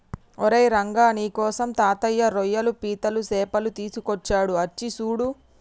ఓరై రంగ నీకోసం తాతయ్య రోయ్యలు పీతలు సేపలు తీసుకొచ్చాడు అచ్చి సూడు